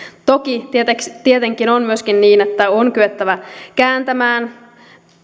toki tietenkin tietenkin on myöskin niin että on kyettävä kääntämään